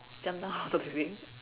jump down the building